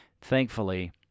Thankfully